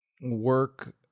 work